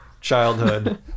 childhood